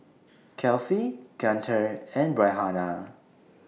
Kefli Guntur and Raihana